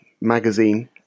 Magazine